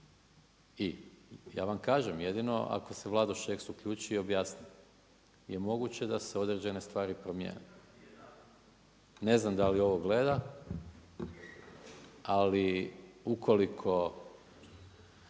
I ja vam kažem, jedino ako se Vlado Šeks uključi i objasni. Jel moguće da se određene stvari promijene? Ne znam, da li ovo gleda, ali ukoliko